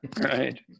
Right